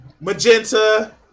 Magenta